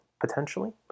potentially